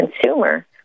consumer